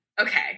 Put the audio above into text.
okay